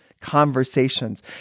conversations